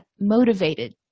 motivated